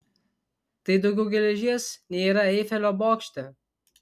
tai daugiau geležies nei yra eifelio bokšte